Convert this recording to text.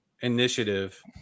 initiative